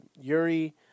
Yuri